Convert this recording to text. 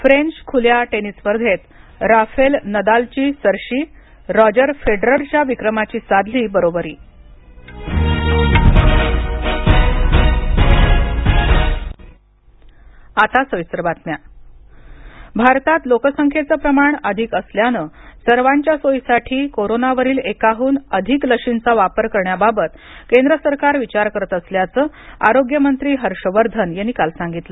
French खुल्या tennis स्पर्धेत Rafael नदालची सरशी रॉजर फेडररच्या विक्रमाची साधली बरोबरी आता सविस्तर बातम्या हर्षवर्धन लस भारतात लोकसंख्येचे प्रमाण अधिक असल्यानं सर्वांच्या सोयीसाठी कोरोनावरील एकाहून अधिक लशींचा वापर करण्याबाबत केंद्र सरकार विचार करत असल्याचं आरोग्य मंत्री हर्ष वर्धन यांनी काल सांगितलं